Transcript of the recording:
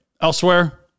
elsewhere